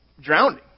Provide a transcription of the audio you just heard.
drowning